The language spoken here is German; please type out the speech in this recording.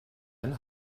einen